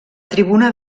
tribuna